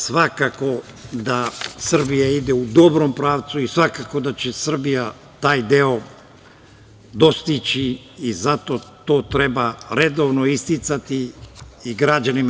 Svakako da Srbija ide u dobrom pravcu i svakako da će Srbija taj deo dostići i zato to treba redovno isticati građanima.